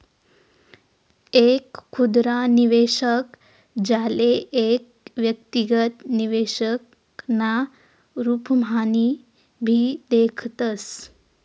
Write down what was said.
एक खुदरा निवेशक, ज्याले एक व्यक्तिगत निवेशक ना रूपम्हाभी देखतस